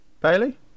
Bailey